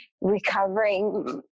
recovering